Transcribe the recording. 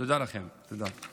תודה לכם, תודה.